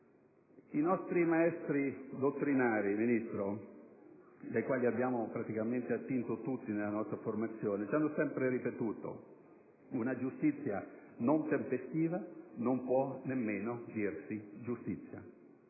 I nostri maestri dottrinari, signor Ministro, dai quali abbiamo praticamente attinto tutti nella nostra formazione, ci hanno sempre ripetuto che una giustizia non tempestiva non può nemmeno dirsi giustizia.